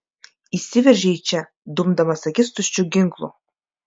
įsiveržei čia dumdamas akis tuščiu ginklu